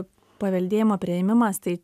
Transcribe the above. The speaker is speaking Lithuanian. paveldėjimo priėmimas tai